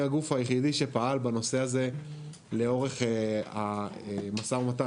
הגוף היחידי שפעל בנושא הזה לאורך המשא ומתן,